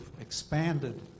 expanded